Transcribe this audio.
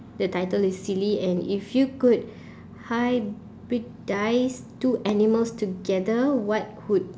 the title is silly and if you could hybridize two animals together what would